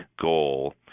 goal